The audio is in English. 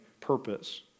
purpose